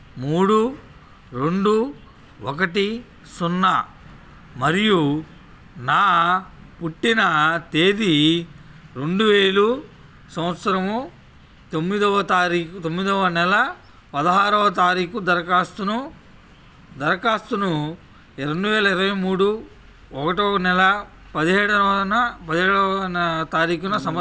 మూడు రెండు ఒకటి సున్నా మరియు నా పుట్టిన తేదీ రెండు వేలు సంవత్సరము తొమ్మిదవ తారీ తొమ్మిదవ నెల పదహారవ తారీకు దరఖాస్తును దరఖాస్తును రెండు వేల ఇరవై మూడు ఒకటవ నెల పదిహేడవ పదిహేడవ తారీకున సమ